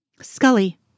Scully